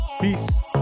peace